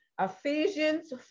Ephesians